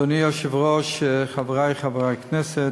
אדוני היושב-ראש, חברי חברי הכנסת,